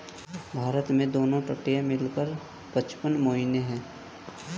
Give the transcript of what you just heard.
भारत में दोनों तट मिला कर पचपन मुहाने हैं